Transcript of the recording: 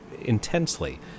intensely